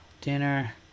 dinner